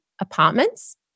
apartments